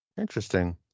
Interesting